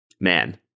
Man